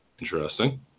Interesting